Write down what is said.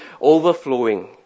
overflowing